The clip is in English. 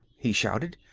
he shouted.